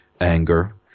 anger